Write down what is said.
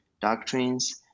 doctrines